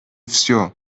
всё